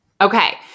okay